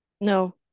No